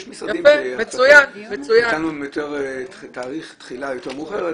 יש משרדים ששם תאריך התחילה יותר מאוחר,